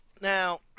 Now